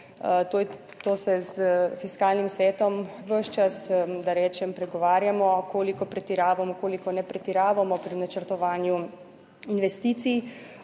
to se s Fiskalnim svetom ves čas, da rečem, pogovarjamo koliko pretiravamo, koliko ne pretiravamo pri načrtovanju investicij